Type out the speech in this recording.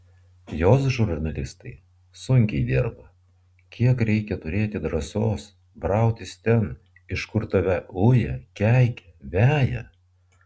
jos žurnalistai sunkiai dirba kiek reikia turėti drąsos brautis ten iš kur tave uja keikia veja